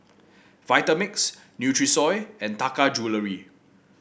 Vitamix Nutrisoy and Taka Jewelry